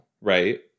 Right